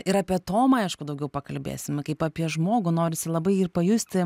ir apie tomą aišku daugiau pakalbėsim kaip apie žmogų norisi labai jį ir pajusti